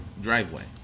driveway